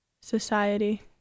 society